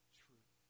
truth